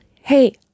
hey